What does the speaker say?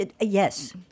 Yes